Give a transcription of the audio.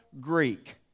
Greek